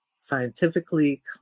scientifically